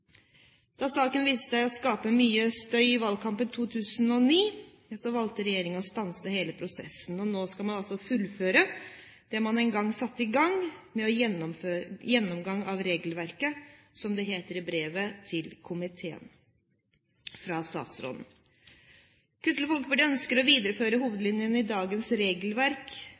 Da saken viste seg å skape mye støy i valgkampen i 2009, valgte regjeringen å stanse hele prosessen. Nå skal man altså fullføre det man en gang satte i gang, med en gjennomgang av regelverket, som det heter i brevet fra statsråden til komiteen. Kristelig Folkeparti ønsker å videreføre hovedlinjene i dagens regelverk